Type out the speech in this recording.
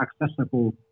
accessible